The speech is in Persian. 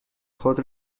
خود